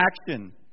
action